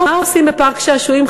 מה עושים בפארק שעשועים,